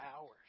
hours